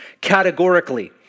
categorically